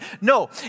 No